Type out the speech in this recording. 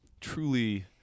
truly